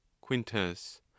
Quintus